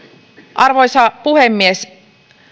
arvoisa puhemies